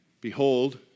Behold